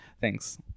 thanks